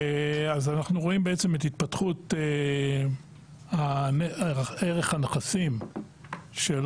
אנחנו רואים את התפתחות ערך הנכסים של